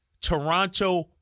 Toronto